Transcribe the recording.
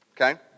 Okay